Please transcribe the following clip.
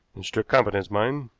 in strict confidence, mind.